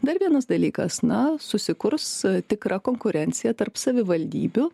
dar vienas dalykas na susikurs tikra konkurencija tarp savivaldybių